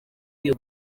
byo